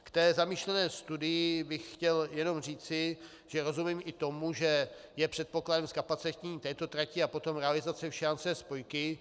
K té zamýšlené studii bych chtěl jenom říci, že rozumím i tomu, že je předpokladem zkapacitnění této trati a potom realizace všejanské spojky.